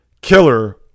killer